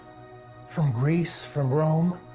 from greece, from rome,